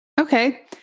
Okay